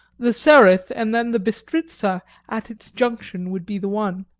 the sereth and then the bistritza at its junction, would be the one.